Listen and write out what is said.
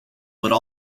would